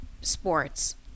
sports